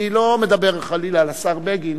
אני לא מדבר חלילה על השר בגין,